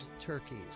turkeys